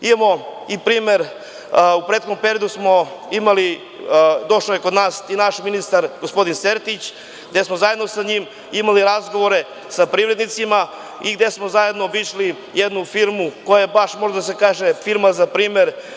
Imamo i primer, u prethodnom periodu došao je kod nas ministar Sertić, gde smo zajedno sa njim imali razgovore sa privrednicima i gde smo zajedno obišli jednu firmu koja je baš, može da se kaže, firma za primer.